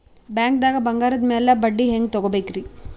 ಬ್ಯಾಂಕ್ದಾಗ ಬಂಗಾರದ್ ಮ್ಯಾಲ್ ಬಡ್ಡಿ ಹೆಂಗ್ ತಗೋಬೇಕ್ರಿ?